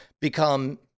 become